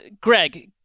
Greg